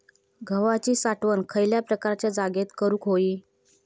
गव्हाची साठवण खयल्या प्रकारच्या जागेत करू होई?